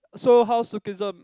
so how's Lookism